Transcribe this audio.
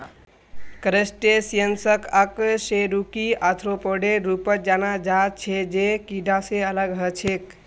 क्रस्टेशियंसक अकशेरुकी आर्थ्रोपोडेर रूपत जाना जा छे जे कीडा से अलग ह छे